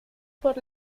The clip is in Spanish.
por